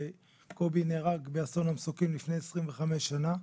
קובי נהרג באסון המסוקים לפני 25 שנה,